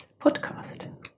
Podcast